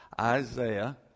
Isaiah